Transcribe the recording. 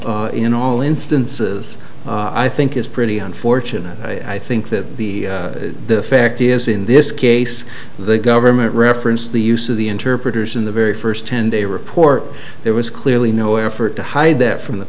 in all instances i think it's pretty unfortunate i think that the the fact is in this case the government reference the use of the interpreters in the very first ten day report there was clearly no effort to hide that from the